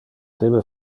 debe